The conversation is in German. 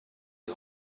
die